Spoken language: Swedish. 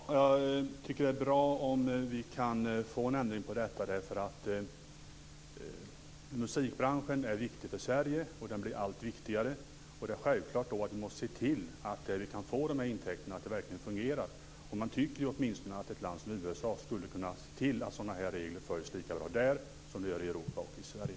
Fru talman! Jag tycker att det är bra om vi kan få en ändring på detta. Musikbranschen är viktig för Sverige, och den blir allt viktigare. Då är det självklart att se till att vi kan få de här intäkterna och att detta verkligen fungerar. Man tycker att ett land som USA skulle kunna se till att sådana här regler följs lika bra där som i Europa och Sverige.